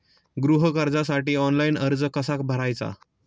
गृह कर्जासाठी ऑनलाइन अर्ज कसा भरायचा?